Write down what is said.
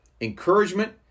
encouragement